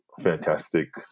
fantastic